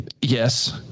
yes